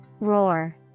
Roar